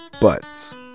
buts